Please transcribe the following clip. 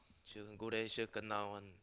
sure go there sure kena@ one